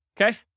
Okay